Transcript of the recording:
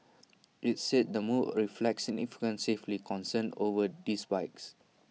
IT said the move reflects significant safety concerns over these bikes